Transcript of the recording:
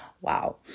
wow